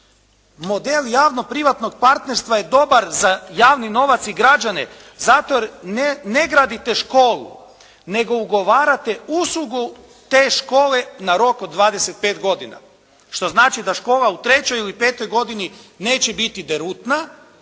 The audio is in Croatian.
Model javno-privatnog partnerstva je dobar za javni novac i građane zato jer ne gradite školu, nego ugovarate uslugu te škole na rok od 25 godine, što znači da škola u 3. ili 5. godini neće biti derutna,